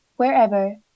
wherever